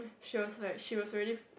she was like she was really